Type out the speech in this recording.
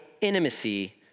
intimacy